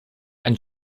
and